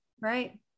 right